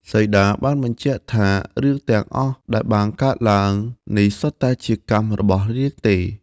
សីតាបានបញ្ជាក់ថារឿងទាំងអស់ដែលបានកើតឡើង នេះសុទ្ធតែជាកម្មរបស់នាងទេ។